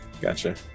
Gotcha